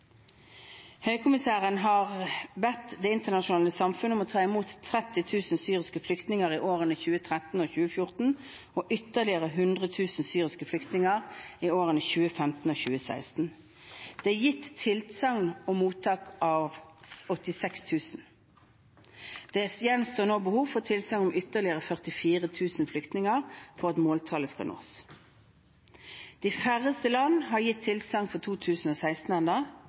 Høykommissæren har bedt det internasjonale samfunnet om å ta imot 30 000 syriske flyktninger i årene 2013 og 2014 og ytterligere 100 000 syriske flyktninger i årene 2015 og 2016. Det er gitt tilsagn om mottak av 86 000. Det gjenstår nå behov for tilsagn på ytterligere 44 000 flyktninger for at måltallet skal nås. De færreste land har gitt tilsagn for 2016 enda,